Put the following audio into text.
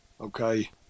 Okay